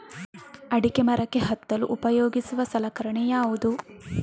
ಅಡಿಕೆ ಮರಕ್ಕೆ ಹತ್ತಲು ಉಪಯೋಗಿಸುವ ಸಲಕರಣೆ ಯಾವುದು?